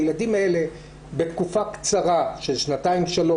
הילדים האלה בתקופה קצרה של שנתיים-שלוש,